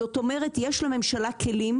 זאת אומרת יש לממשלה כלים